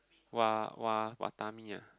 wa~ wa~ Watami ah